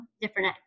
different